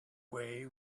way